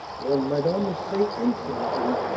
one might almost say insolently,